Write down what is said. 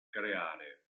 creare